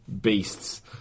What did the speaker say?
beasts